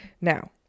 Now